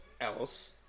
else